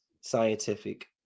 scientific